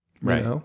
right